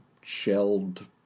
shelled